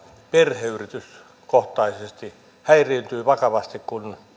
perheyrityskohtaisesti häiriintyy vakavasti kun